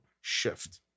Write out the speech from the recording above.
shift